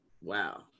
Wow